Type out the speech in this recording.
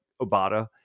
Obata